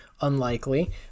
unlikely